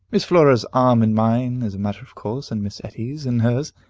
miss flora's arm in mine as a matter of course, and miss etty's in hers,